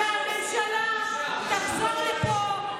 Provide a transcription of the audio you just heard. שהממשלה תחזור לפה,